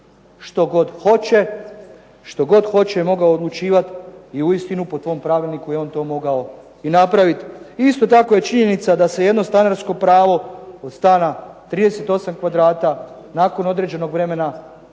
što god hoće. Što god hoće mogao je odlučivati i u istinu po tom pravilniku je on to mogao i napraviti. Isto tako je činjenica da se jedno stanarsko pravo od stana 38 kvadrata nakon određenog vremena